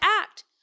act